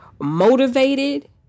motivated